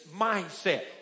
mindset